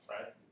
right